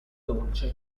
dolce